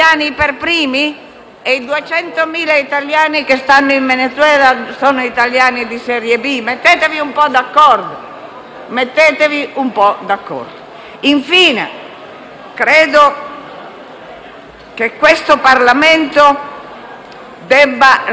i 200.000 italiani che stanno in Venezuela sono italiani di serie B? Mettetevi un po' d'accordo. Mettetevi un po' d'accordo. Credo infine che questo Parlamento debba rivendicare